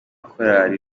korali